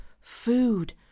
food